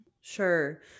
Sure